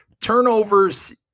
turnovers